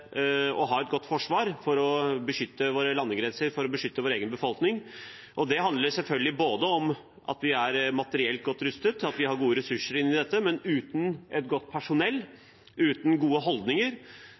godt forsvar for å beskytte våre landegrenser og beskytte vår egen befolkning. Det handler selvfølgelig om at vi er materielt godt rustet, og at vi har gode ressurser inn i dette. Men uten et godt personell,